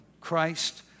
Christ